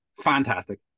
Fantastic